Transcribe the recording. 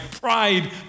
pride